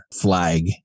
flag